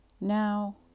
Now